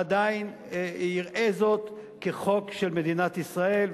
עדיין יראה זאת כחוק של מדינת ישראל,